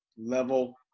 level